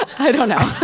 i don't know.